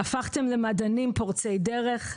הפכתם למדענים פורצי דרך,